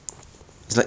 orh